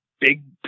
big